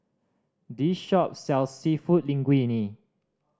this shop sells Seafood Linguine